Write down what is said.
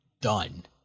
done